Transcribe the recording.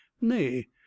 nay